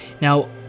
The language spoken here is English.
now